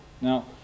Now